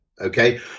Okay